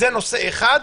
זה נושא אחד.